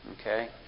Okay